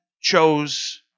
chose